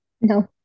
No